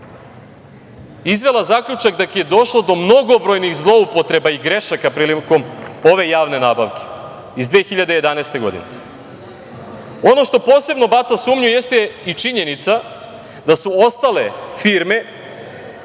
izvela zaključak da je došlo do mnogobrojnih zloupotreba i grešaka prilikom ove javne nabavke, iz 2011. godine. Ono što posebno baca sumnju jeste i činjenica da su ostale firme